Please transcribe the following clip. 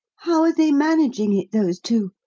how are they managing it, those two?